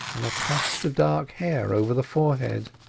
and a tuft of dark hair over the forehead.